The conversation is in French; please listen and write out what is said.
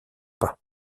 pas